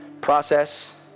process